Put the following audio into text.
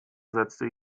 setzte